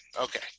Okay